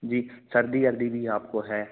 जी सर्दी यर्दि भी आपको है